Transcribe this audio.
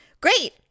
great